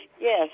Yes